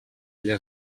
ella